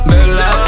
Bella